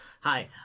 Hi